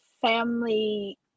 family